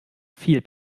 viel